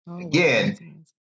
Again